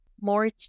more